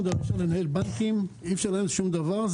דבר אי אפשר לנהל בנקים ואי אפשר לנהל שום דבר.